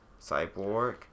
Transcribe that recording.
Cyborg